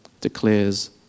declares